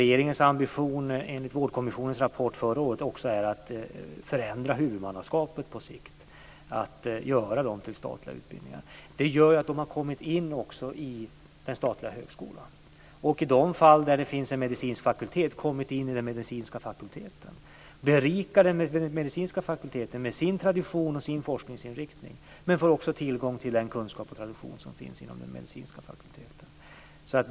Regeringens ambition, enligt Vårdkommissionens rapport förra året, är att på sikt förändra huvudmannaskapet, dvs. göra dem till statliga utbildningar. Detta gör att de har kommit in i den statliga högskolan. I de fall det finns en medicinsk fakultet har de kommit med där. De har berikat den medicinska fakulteten med sina traditioner och sin forskningsinriktning, och de får tillgång till den kunskap och tradition som finns inom den medicinska fakulteten.